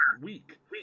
week